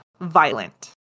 violent